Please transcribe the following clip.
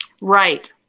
right